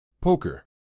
Poker